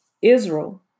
Israel